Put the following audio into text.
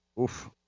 Oof